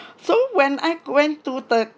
so when I went to the